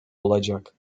olacak